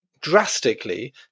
drastically